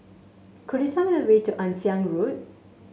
could you tell me the way to Ann Siang Road